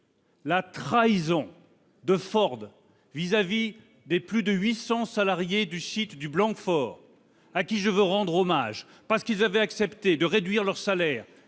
la trahison de Ford vis-à-vis des plus de 800 salariés du site de Blanquefort. Je veux d'ailleurs leur rendre hommage, parce qu'ils avaient accepté de réduire leurs salaires